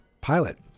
pilot